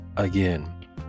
again